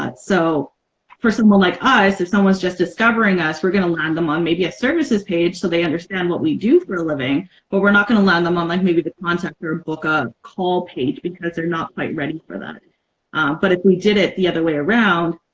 ah so for someone like ah us if someone's just discovering us we're gonna land them on maybe a services page so they understand what we do for a living but we're not gonna learn them on like maybe the contact or a book ah a call page because they're not quite ready for that but if we did it the other way around